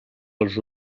els